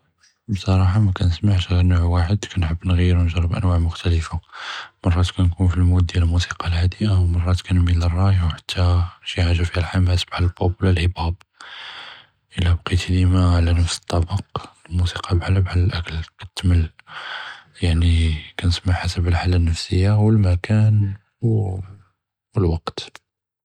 בּצְרַאחַה מכְּנִסְמְעֶש ע׳נָא וַאחֶד, כּנחב נְעַ׳יֶּר ונְג׳רב אַנְוַאע מֻכְתַלֶפ, מְרַאת כּנְכּוּן פַלְמוּד דיאל מוסיקיָא עַאדְיָה ומְרַאת כּנְמִיל לְראי ומְרַאת כּנְג׳רבּ אלְהִיפ-הופ، ולא בְקִיתִי דִימַא עלא נַפְס א-טַבַּק, אלמוסיקיָא בּחאלַה בּחאל אֶלְאַקְל כּתתמל יַענִי כּנִסְמְע עלא חְסַאב אלחַאלַה א-נַפְסִיָּה ואלמכַּאן ואלוּקְת.